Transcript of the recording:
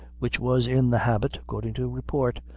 which was in the habit, according to report,